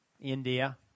India